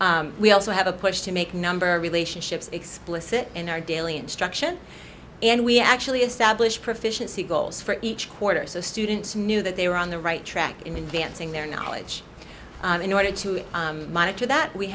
we also have a push to make number of relationships explicit in our daily instruction and we actually establish proficiency goals for each quarter so students knew that they were on the right track in advancing their knowledge in order to monitor that we